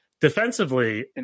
defensively